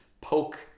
poke